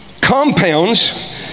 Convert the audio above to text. compounds